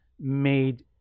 made